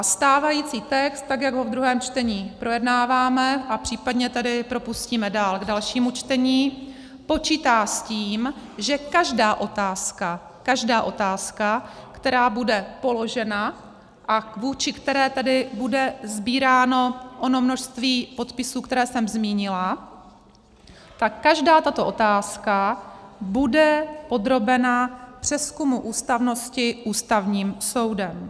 Stávající text, tak jak ho v druhém čtení projednáváme a případně tedy propustíme dál k dalšímu čtení, počítá s tím, že každá otázka každá otázka, která bude položena a vůči které tedy bude sbíráno ono množství podpisů, které jsem zmínila, tak každá tato otázka bude podrobena přezkumu ústavnosti Ústavním soudem.